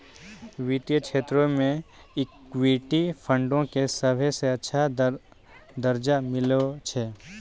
वित्तीय क्षेत्रो मे इक्विटी फंडो के सभ्भे से अच्छा दरजा मिललो छै